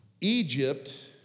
Egypt